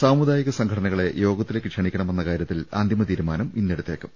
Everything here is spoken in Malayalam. സാമുദായിക സംഘടനകളെ യോഗത്തിലേക്ക് ക്ഷണിക്കണമെന്ന കാരൃത്തിൽ അന്തിമ തീരുമാനം ഇന്നെടുത്തേക്കും